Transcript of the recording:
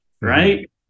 right